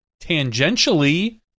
tangentially